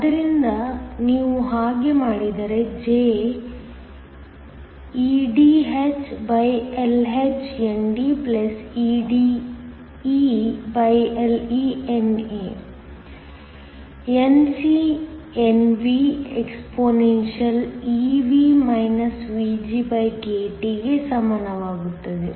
ಆದ್ದರಿಂದ ನೀವು ಹಾಗೆ ಮಾಡಿದರೆ J eDhLhNDeDeLeNA NcNvexp⁡eV VgkT ಗೆ ಸಮಾನವಾಗುತ್ತದೆ